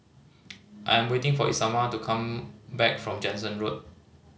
I'm waiting for Isamar to come back from Jansen Road